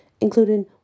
including